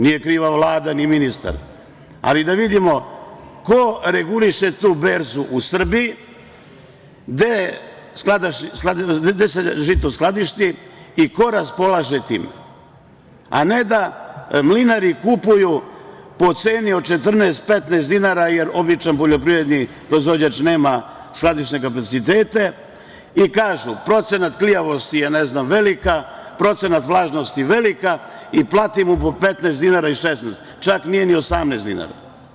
Nije kriva Vlada, ni ministar, ali da vidimo ko reguliše tu berzu u Srbiji, gde se žito skladišti i ko raspolaže time, a ne da mlinari kupuju po ceni od 14, 15 dinara, jer običan poljoprivredni proizvođač nema skladišne kapacitete i kažu - procenat klijavosti je velika, procenat vlažnosti velika i plati mu po 15 dinara i 16, čak nije ni 18 dinara.